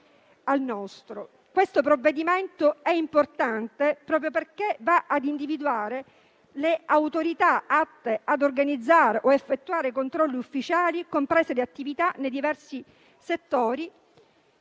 Questo provvedimento è importante proprio perché va ad individuare le Autorità atte a organizzare o a effettuare controlli ufficiali, comprese le attività nei diversi settori